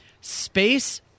Space